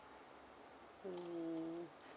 mm